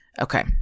Okay